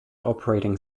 operating